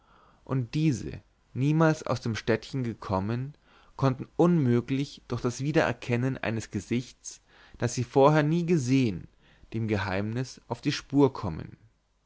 und diese niemals aus dem städtchen gekommen konnten unmöglich durch das wiedererkennen eines gesichts das sie vorher nicht gesehen dem geheimnis auf die spur kommen